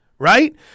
right